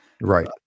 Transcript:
right